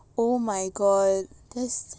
oh my god this